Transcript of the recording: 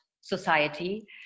society